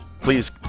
Please